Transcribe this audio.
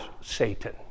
satan